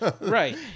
Right